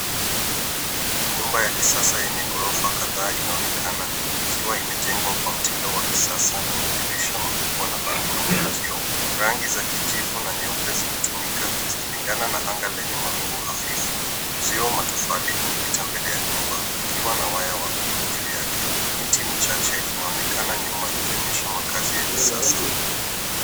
Nyumba ya kisasa yenye ghorofa kadhaa inaonekana ikiwa imejengwa kwa mtindo wa kisasa na madirisha makubwa na balkoni ya kioo. Rangi za kijivu na nyeupe zimetumika zikilingana na anga lenye mawingu hafifu. Uzio matofali umepita mbele ya nyumba ukiwa na waya wa mib juu yake. Miti michache inaonekana nyuma ikionyesha makazi ya kisasa.